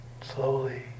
slowly